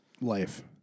life